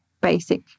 basic